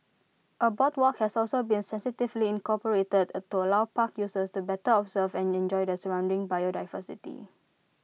A boardwalk has also been sensitively incorporated to allow park users to better observe and enjoy the surrounding biodiversity